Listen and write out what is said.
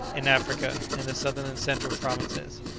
in africa, in the southern and central provinces.